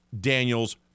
daniel's